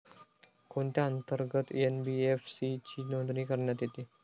कोणत्या अंतर्गत एन.बी.एफ.सी ची नोंदणी करण्यात येते?